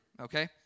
okay